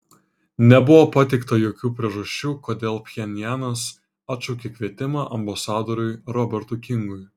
nebuvo pateikta jokių priežasčių kodėl pchenjanas atšaukė kvietimą ambasadoriui robertui kingui